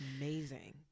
amazing